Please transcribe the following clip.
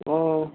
অঁ